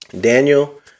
Daniel